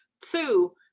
Two